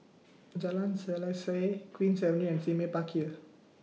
Jalan Selaseh Queen's Avenue and Sime Park Hill